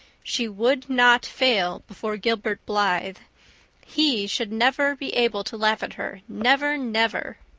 she would not fail before gilbert blythe he should never be able to laugh at her, never, never!